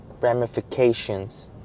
ramifications